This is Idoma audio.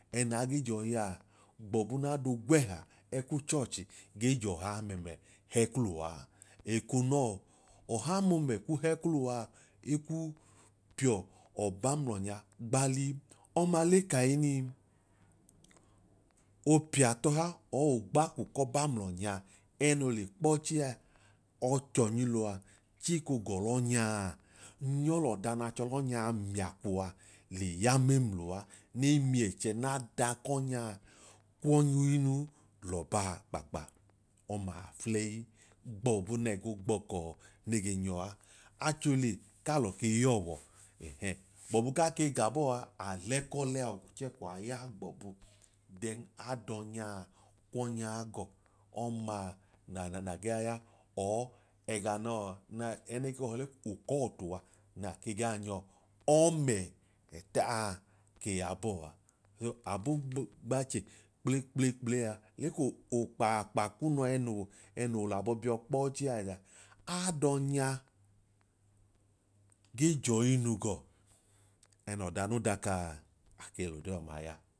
Ẹnaa ge jọọ yaa gbọbu n'adogwẹha ẹkuchurchi ge j'ọha amomẹ hẹklu uwaa. Eko nọọ ọha momẹ ku hẹ kulu waa eku piọ ọba mlọnya gbalii, ọma le kahinin opiatọha or ogbakwu k'ọba ml'ọnya ẹnoo le kpọchi a ọchọnyilọachiko gọlọnyaa nyọ l'ọda n'achọlọnyaa miaku le ya mẹmluwa ne miẹchẹ n'ada k'ọnyaa kwọ yinuu l'ọbaa kpaakpa, ọma afulẹyi gbọbu nẹ goo gbọọkọọ ne ge nyọa. Achohile k'alọ kei yọọwọ ẹhẹ gbọbu ka kei gabo a alẹk'ọlẹ a ogwuchẹkwọ a ya gbọbu then adọnyaa kwọnyaa gọọ ọmaa na nana ge ya or ẹga nọọ ne ẹne ke họọ le k'ukọọtu a na ke gaa nyọ, ọmẹ ẹtaa ke yabọa, e abogbache kple kple kplea okpaakpa kunu a ẹnoo l'abọ biọkpọchiidọnya gee jọyinu ẹnọda no dọkaa ake l'odee ọma ya